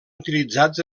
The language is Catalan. utilitzats